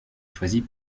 choisis